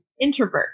introvert